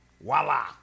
voila